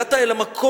הגעת אל השמחה.